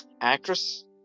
Actress